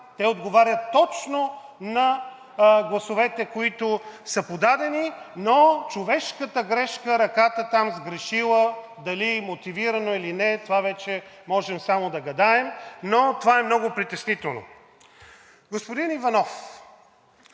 те отговарят точно на гласовете, които са подадени, но човешката грешка, ръката там сгрешила – дали мотивирано или не, това вече можем да гадаем, но това е много притеснително. Господин Иванов,